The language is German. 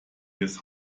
des